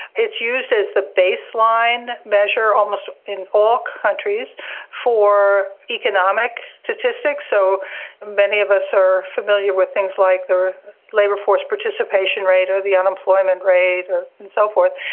it's used as the baseline measure almost in all countries for economic statistics. so many of us are familiar with things like the labour force participation rate or the unemployment rate and so forth.